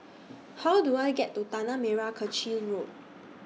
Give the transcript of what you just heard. How Do I get to Tanah Merah Kechil Road